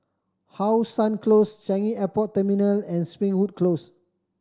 How Sun Close Changi Airport Terminal and Springwood Close